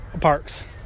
parks